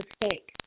mistake